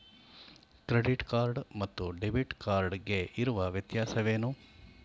Credit card ಮತ್ತು debit card ಗೆ ಇರುವ ವ್ಯತ್ಯಾಸವೇನು?